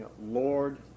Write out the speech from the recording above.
Lord